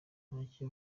ntacyo